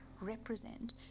represent